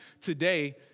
today